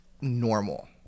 normal